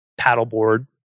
paddleboard